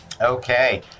Okay